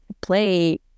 play